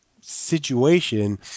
situation